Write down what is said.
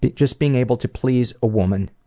but just being able to please a woman.